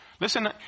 Listen